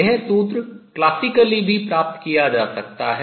यह सूत्र classically शास्त्रीय रूप से भी प्राप्त किया जा सकता है